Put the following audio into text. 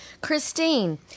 Christine